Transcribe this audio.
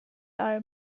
are